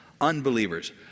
unbelievers